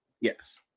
Yes